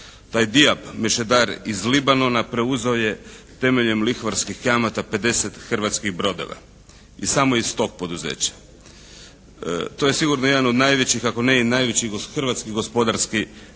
razumije./ … mešetar iz Libanona preuzeo je temeljem lihvarskih kamata 50 hrvatskih brodova i samo iz tog poduzeća. To je sigurno jedan od najvećih ako ne i najveći hrvatski gospodarski